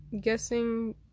guessing